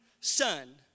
son